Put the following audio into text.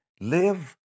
live